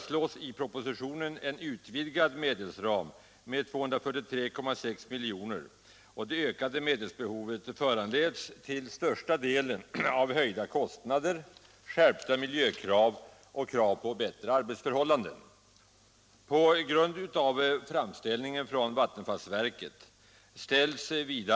I propositionen föreslås en med 243,6 miljoner utvidgad medelsram. Det ökade medelsbehovet föranleds till största delen av ökade kostnader, skärpta miljökrav och krav på bättre arbetsförhållanden.